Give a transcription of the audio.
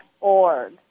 org